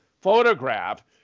photograph